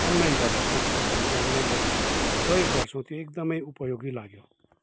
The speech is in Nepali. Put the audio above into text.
अनलाइनबाट जतिसक्दो हामीले अनलाइनबाट प्रयोग गर्छौँ त्यो एकदमै उपयोगी लाग्यो